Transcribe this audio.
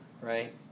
right